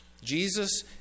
Jesus